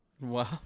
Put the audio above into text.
Wow